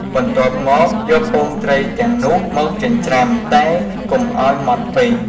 បន្ទាប់មក យកពងត្រីទាំងនោះមកចិញ្ច្រាំ តែកុំឱ្យម៉ដ្តពេក។